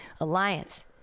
Alliance